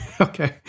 Okay